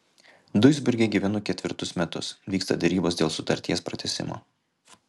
duisburge gyvenu ketvirtus metus vyksta derybos dėl sutarties pratęsimo